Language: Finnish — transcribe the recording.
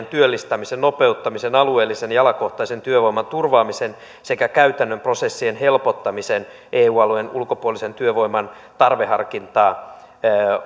työllistämisen nopeuttamisen alueellisen ja alakohtaisen työvoiman turvaamisen sekä käytännön prosessien helpottamisen eu alueen ulkopuolisen työvoiman tarveharkintaa